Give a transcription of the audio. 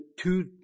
two